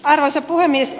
arvoisa puhemies